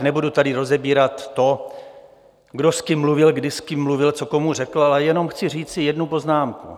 Nebudu tady rozebírat to, kdo s kým mluvil, kdy s kým mluvil, co komu řekl, ale jenom chci říci jednu poznámku.